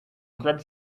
grabbed